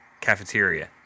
cafeteria